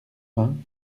vingts